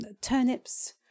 turnips